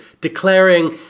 declaring